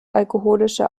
alkoholische